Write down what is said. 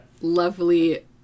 lovely